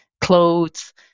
clothes